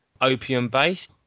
opium-based